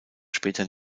später